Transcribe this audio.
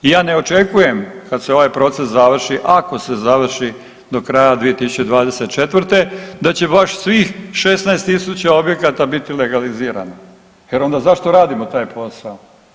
Ja ne očekujem kad se ovaj proces završi, ako se završi do kraja 2024. da će baš svih 16.000 objekata biti legalizirano jer onda zašto radimo taj posao.